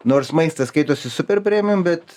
nors maistas skaitosi super premium bet